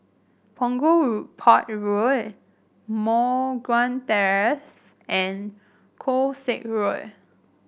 Punggol Road Port Road Moh Guan Terrace and Koh Sek Road